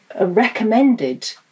recommended